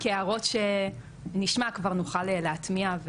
כי הערות שנשמע כבר נוכל להטמיע,